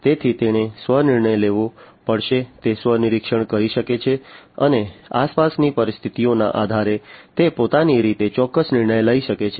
તેથી તેણે સ્વ નિર્ણય લેવો પડશે તે સ્વ નિરીક્ષણ કરી શકે છે અને આસપાસની પરિસ્થિતિઓના આધારે તે પોતાની રીતે ચોક્કસ નિર્ણયો લઈ શકે છે